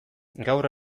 gaur